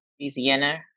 Louisiana